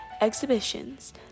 exhibitions